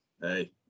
hey